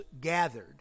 gathered